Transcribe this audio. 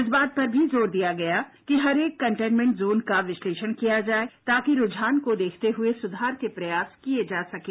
इस बात पर भी जोर दिया गया कि हरेक कंटेनमेंट जोन का विश्लेषण किया जाए ताकि रुझान के देखते हुए सुधार के प्रयास किए जा सकें